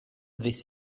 this